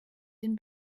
den